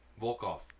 Volkov